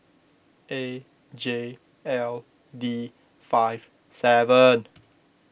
A J L D five seven